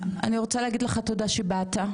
אני רוצה להגיד לך תודה שבאת,